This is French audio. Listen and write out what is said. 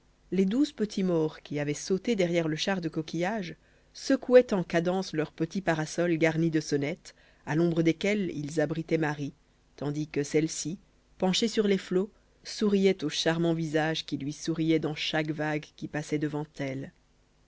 les douze petits maures qui avaient sauté derrière le char de coquillages secouaient en cadence leurs petits parasols garnis de sonnettes à l'ombre desquels ils abritaient marie tandis que celle-ci penchée sur les flots souriait au charmant visage qui lui souriait dans chaque vague qui passait devant elles